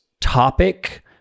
topic